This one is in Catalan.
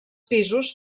pisos